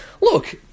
look